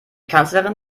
kanzlerin